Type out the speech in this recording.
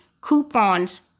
coupons